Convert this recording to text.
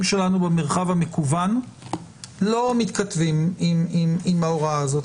שלנו במרחב המקוון לא מתכתבים עם ההוראה הזאת,